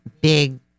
big